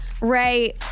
Ray